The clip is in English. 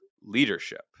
leadership